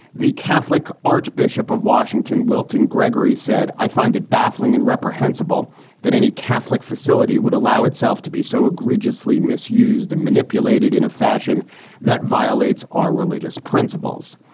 the catholic archbishop of washington, wilton gregory, said, i find it baffling and reprehensible that any catholic facility would allow itself to be so egregiously misused or manipulated in a fashion that violates our religious principles.